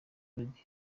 reggae